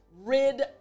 rid